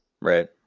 right